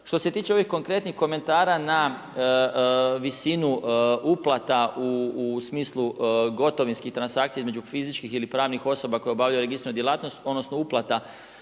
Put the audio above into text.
Što se tiče ovih konkretnih komentara na visinu uplata u smislu gotovinskih transakcija između fizičkih ili pravnih osoba koja obavljaju registriranu djelatnost odnosno uplata